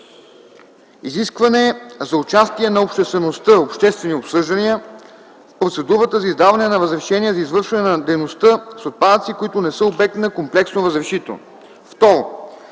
изискване за участие на обществеността (обществени обсъждания) в процедурата за издаване на разрешения за извършване на дейности с отпадъци, които не са обект на комплексно разрешително. 2.